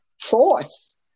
force